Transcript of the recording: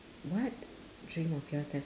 what dream of yours dies